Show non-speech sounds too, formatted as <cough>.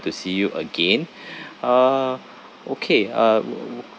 to see you again <breath> uh okay uh <noise>